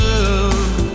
love